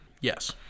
yes